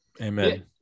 Amen